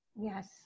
Yes